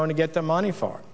going to get the money for